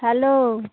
hello